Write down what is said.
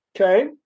okay